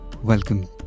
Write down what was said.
Welcome